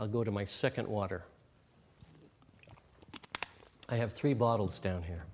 i'll go to my second water i have three bottles down here